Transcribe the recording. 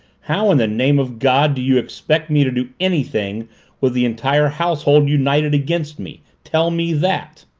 how in the name of god do you expect me to do anything with the entire household united against me? tell me that.